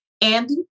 Andy